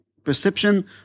Perception